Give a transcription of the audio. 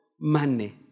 money